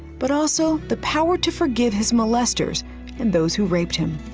but also the power to forgive his molesters and those who raped him.